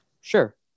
Sure